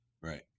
Right